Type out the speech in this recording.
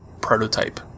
Prototype